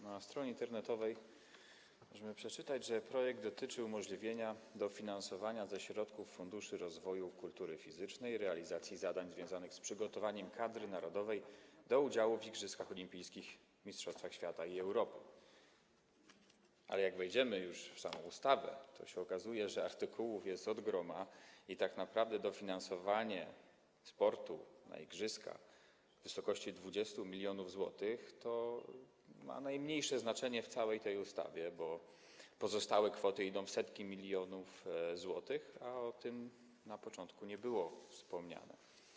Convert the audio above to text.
Na stronie internetowej możemy przeczytać, że projekt dotyczy umożliwienia dofinansowania ze środków Funduszu Rozwoju Kultury Fizycznej realizacji zadań związanych z przygotowaniem kadry narodowej do udziału w igrzyskach olimpijskich, mistrzostwach świata i Europy, ale jak już się zapoznamy z całą ustawą, to okazuje się, że artykułów jest od groma i tak naprawdę dofinansowanie sportu w zakresie przygotowania do igrzysk w wysokości 20 mln zł ma najmniejsze znaczenie w całej tej ustawie, bo pozostałe kwoty idą w setki milionów złotych, a o tym na początku nie wspomniano.